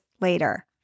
later